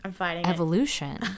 evolution